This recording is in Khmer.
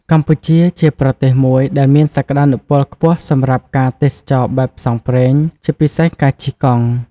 កម្ពុជាជាប្រទេសមួយដែលមានសក្ដានុពលខ្ពស់សម្រាប់ការទេសចរណ៍បែបផ្សងព្រេង ជាពិសេសការជិះកង់។